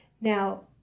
Now